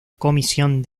comisión